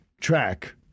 track